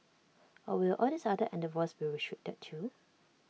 or will all these other endeavours be restricted too